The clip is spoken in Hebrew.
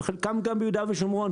חלקם גם ביהודה ושומרון,